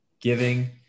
giving